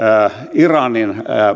iranin